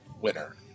winner